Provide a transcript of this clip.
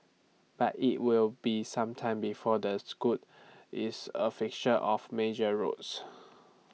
but IT will be some time before the Scot is A fixture of major roads